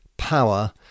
power